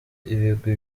ibigwi